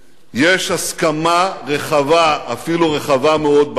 יש הסכמה רחבה, אפילו רחבה מאוד, בעם.